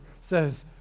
says